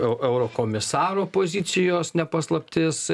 euro eurokomisaro pozicijos ne paslaptis